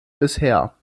bisher